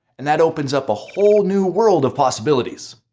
and that opens up a whole new world of possibilities.